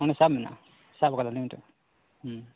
ᱢᱟᱱᱮ ᱥᱟᱵ ᱢᱮᱱᱟᱜᱼᱟ ᱥᱟᱵ ᱟᱠᱟᱫᱟ ᱞᱮ ᱢᱤᱫᱴᱮᱡ